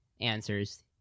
answers